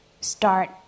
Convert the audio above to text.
start